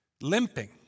Limping